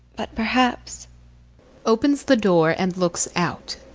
but, perhaps opens the door and looks out.